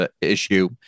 issue